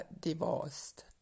divorced